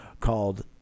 called